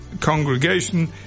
congregation